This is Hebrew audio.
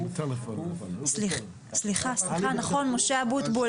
סליחה משה אבוטבול,